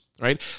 right